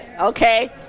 Okay